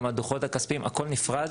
גם הדוחות הכספיים, הכול נפרד